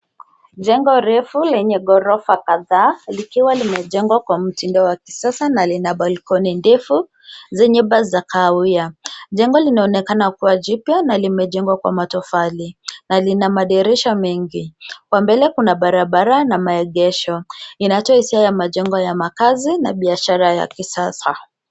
Jengo refu lenye ghorofa kadhaa, likiwa limejengwa kwa mtindo wa kisasa na lina balkoni ndefu, zenye bar za kahawia. Jengo linaonekana kuwa jipya na limejengwa kwa matofali na lina madirisha mengi. Kwa mbele kuna barabara na maegesho. Inatoa hisia ya majengo ya makazi na biashara ya kisasa.